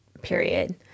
Period